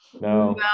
No